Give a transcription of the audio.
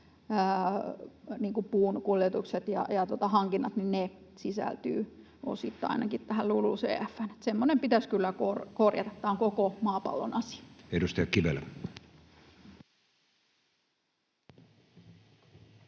puunkuljetukset ja hankinnat sisältyvät osittain ainakin tähän LULUCF:ään. Semmoinen pitäisi kyllä korjata. Tämä on koko maapallon asia. [Speech